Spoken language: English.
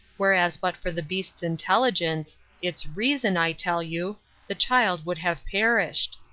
whereas but for the beast's intelligence it's reason, i tell you the child would have perished!